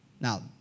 Now